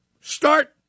start